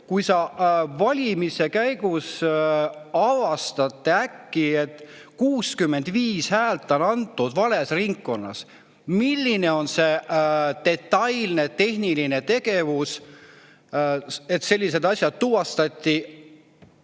kui valimiste käigus avastati äkki, et 65 häält oli antud vales ringkonnas? Milline on see detailne tehniline tegevus, et sellised asjad tuvastati